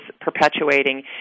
perpetuating